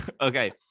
okay